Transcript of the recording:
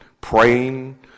praying